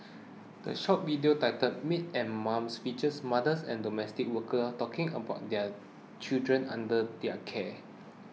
the short video titled Maids and Mums features mothers and domestic workers talking about their children under their care